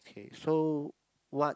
K so what